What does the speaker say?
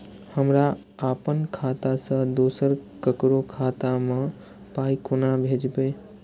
हमरा आपन खाता से दोसर ककरो खाता मे पाय कोना भेजबै?